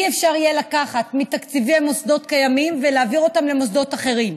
אי-אפשר יהיה לקחת מתקציבי מוסדות קיימים ולהעביר אותם למוסדות אחרים.